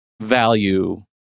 value